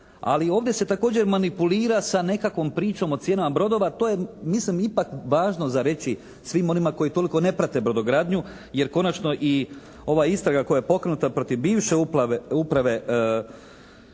Ali ovdje se također manipulira sa nekakvom pričom o cijenama brodova, to je mislim ipak važno za reći svima onima koji toliko ne prate brodogradnju, jer konačno i ova istraga koja je pokrenuta protiv bivše uprave